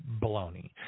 baloney